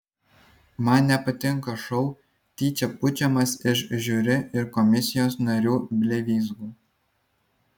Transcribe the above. man nepatinka šou tyčia pučiamas iš žiuri ir komisijos narių blevyzgų